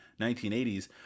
1980s